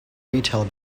retail